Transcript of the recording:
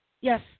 Yes